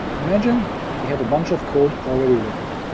imagine we have a bunch of code already written,